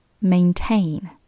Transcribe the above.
maintain